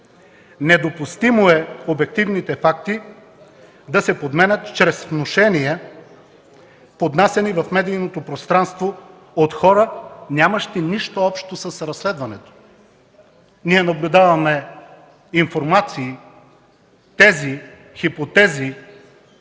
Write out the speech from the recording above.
Недопустимо е обективните факти да се подменят чрез внушения, поднасяни в медийното пространство от хора, нямащи нищо общо с разследването. Ние наблюдаваме информации, тези, хипотези,